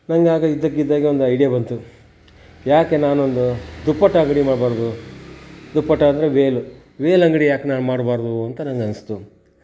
ನಂಗೆ ಆಗ ಇದ್ದಕ್ಕಿದ್ದಾಗೆ ಒಂದು ಐಡಿಯಾ ಬಂತು ಯಾಕೆ ನಾನೊಂದು ದುಪ್ಪಟ್ಟ ಅಂಗಡಿ ಮಾಡಬಾರ್ದು ದುಪ್ಪಟ ಅಂದರೆ ವೇಲು ವೇಲ್ ಅಂಗಡಿ ಯಾಕೆ ನಾನು ಮಾಡಬಾರ್ದು ಅಂತ ನಂಗೆ ಅನಿಸ್ತು